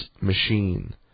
Machine